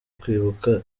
kwibuka